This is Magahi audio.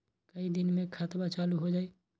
कई दिन मे खतबा चालु हो जाई?